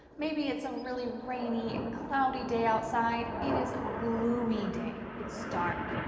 maybe it's a really rainy and cloudy day outside. it is a gloomy day. it's dark.